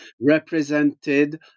represented